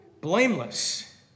Blameless